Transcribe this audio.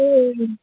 ए